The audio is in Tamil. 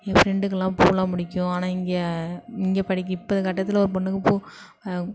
என் ஃப்ரெண்டுகள்லாம் பூவெலாம் பிடிக்கும் ஆனால் இங்கே இங்கே படிக்கி இப்போ கட்டத்தில் ஒரு பெண்ணுக்குப் பூ